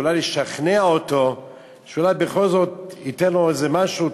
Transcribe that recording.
אולי לשכנע אותו שבכל זאת ייתן לו איזה משהו,